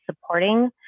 supporting